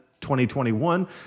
2021